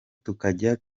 tukajya